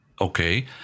Okay